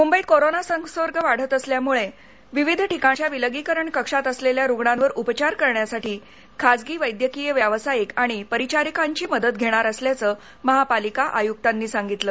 मुंबईत कोरोना संसर्ग वाढत असल्यामुळे विविध ठिकाणच्या विलगीकरण कक्षात असलेल्या रुग्णांवर उपचार करण्यासाठी खाजगी वैद्यकीय व्यावसायिक आणि परिचारिकांची मदत घेणार असल्याचं महापालिका आयुक्तांनी सांगितलं